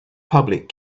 public